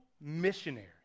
missionary